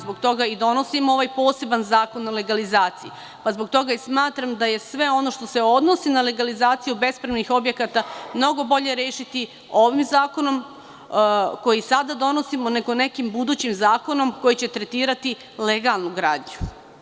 Zbog toga i donosimo ovaj poseban zakon o legalizaciji, pa zbog toga i smatram da je sve ono što se odnosi na legalizaciju bespravnih objekata mnogo bolje rešiti ovim zakonom, koji sada donosimo, nego nekim budućim zakonom koji će tretirati legalnu gradnju.